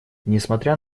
несмотря